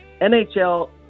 NHL